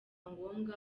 ngombwa